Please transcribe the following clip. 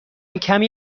کمی